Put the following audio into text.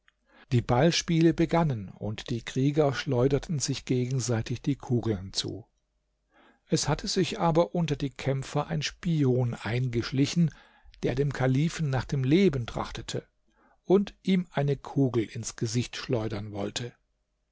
die ballspiele begannen und die krieger schleuderten sich gegenseitig die kugeln zu es hatte sich aber unter die kämpfer ein spion eingeschlichen der dem kalifen nach dem leben trachtete und ihm eine kugel ins gesicht schleudern wollte